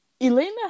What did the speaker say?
Elena